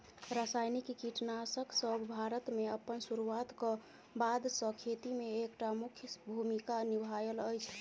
रासायनिक कीटनासकसब भारत मे अप्पन सुरुआत क बाद सँ खेती मे एक टा मुख्य भूमिका निभायल अछि